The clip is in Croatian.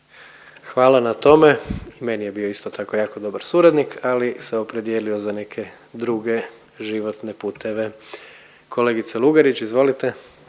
Hvala na tome. Meni je bio isto tako jako dobar suradnik, ali se opredijelio za neke druge životne puteve. Kolegice Lugarić, izvolite.